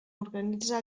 organitza